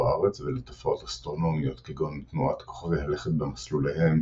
הארץ ולתופעות אסטרונומיות כגון תנועת כוכבי לכת במסלוליהם